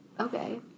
Okay